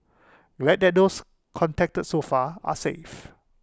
glad that those contacted so far are safe